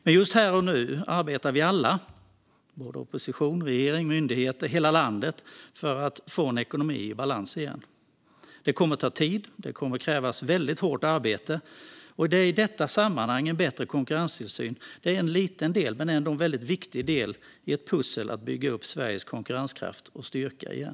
Men just här och nu arbetar vi alla - opposition, regering, myndigheter, hela landet - för att få en ekonomi i balans igen. Det kommer att ta tid, och det kommer att krävas hårt arbete. I detta sammanhang är en bättre konkurrenstillsyn en liten men ändå väldigt viktig del i pusslet för att bygga upp Sveriges konkurrenskraft och styrka igen.